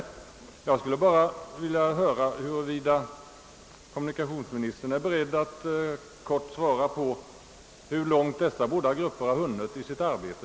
Jag skulle bara vilja fråga kommunikationsministern, huruvida han är beredd att helt kort redogöra för hur långt dessa båda grupper har hunnit i sitt arbete.